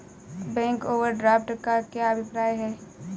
Bank overdraft का क्या अभिप्राय है?